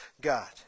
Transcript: God